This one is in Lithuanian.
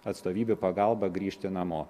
atstovybių pagalba grįžti namo